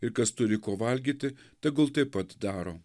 ir kas turi ko valgyti tegul taip pat daro